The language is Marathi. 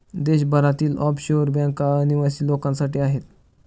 देशभरातील ऑफशोअर बँका अनिवासी लोकांसाठी आहेत